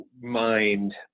mind